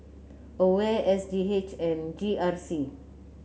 Aware S G H and G R C